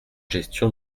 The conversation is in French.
gestion